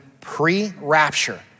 pre-rapture